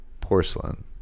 Porcelain